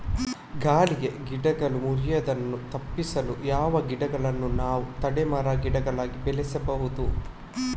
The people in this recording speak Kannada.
ಗಾಳಿಗೆ ಗಿಡಗಳು ಮುರಿಯುದನ್ನು ತಪಿಸಲು ಯಾವ ಗಿಡಗಳನ್ನು ನಾವು ತಡೆ ಮರ, ಗಿಡಗಳಾಗಿ ಬೆಳಸಬಹುದು?